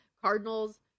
Cardinals